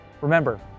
Remember